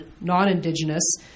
non-Indigenous